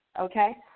Okay